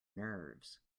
nerves